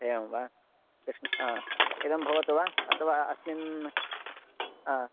एवं वा कृष्णं आम् इदं भवतु वा अथवा अस्मिन् आम्